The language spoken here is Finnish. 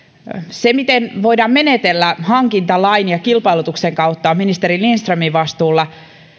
se miten voidaan menetellä hankintalain ja kilpailutuksen kautta on ministeri lindströmin vastuulla